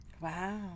wow